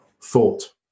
thought